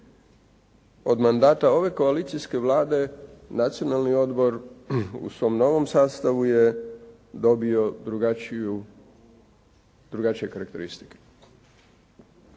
Od mandata ove koalicijske Vlade Nacionalni odbor u svom novom sastavu je dobio drugačije karakteristike.